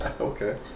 Okay